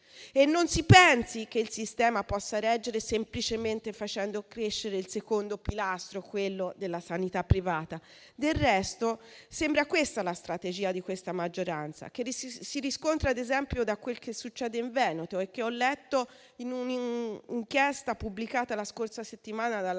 Non si pensi che il Sistema possa reggere semplicemente facendo crescere il secondo pilastro, quello della sanità privata. Del resto, sembra questa la strategia di questa maggioranza che si riscontra, ad esempio, da quel che succede in Veneto e che ho letto in un'inchiesta pubblicata la scorsa settimana sul